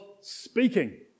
speaking